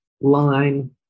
line